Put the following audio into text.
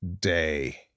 day